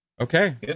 Okay